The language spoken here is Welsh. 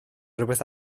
rhywbeth